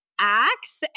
acts